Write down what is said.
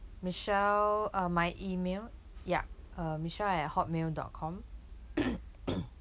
michelle uh my email ya uh michelle at hotmail dot com